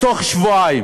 בתוך שבועיים?